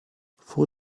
vor